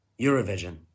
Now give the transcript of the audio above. Eurovision